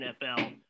NFL